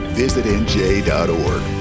visitnj.org